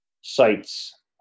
sites